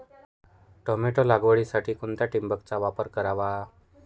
Tomato लागवडीसाठी कोणत्या ठिबकचा वापर करावा?